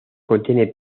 contiene